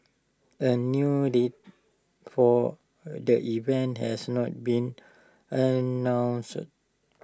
A new date for the event has not been announced